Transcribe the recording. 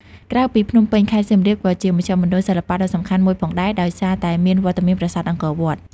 ក្រៅពីភ្នំពេញ ខេត្តសៀមរាបក៏ជាមជ្ឈមណ្ឌលសិល្បៈដ៏សំខាន់មួយផងដែរ ដោយសារតែមានវត្តមានប្រាសាទអង្គរវត្ត។